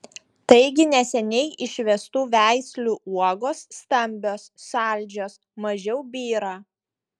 taigi neseniai išvestų veislių uogos stambios saldžios mažiau byra